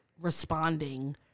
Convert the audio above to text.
responding